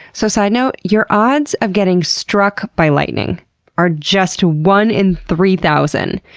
so so you know your odds of getting struck by lighting are just one in three thousand.